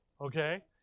Okay